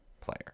player